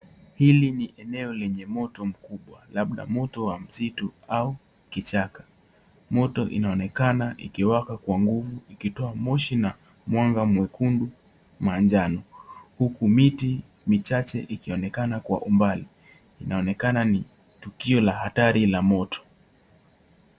Hili ni eneo lenye moto mkubwa, labda moto wa msitu au kichaka. Moto inaonekana ikiwaka kwa nguvu, ikitoa moshi na mwanga mwekundu, manjano huku miti michache ikionekana kwa umbali. Inaonekana ni tukio la hatari la moto